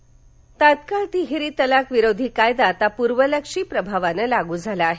तिहेरी तलाक तात्काळ तिहेरी तलाक विरोधी कायदा आता पूर्वलक्षी प्रभावानं लागू झाला आहे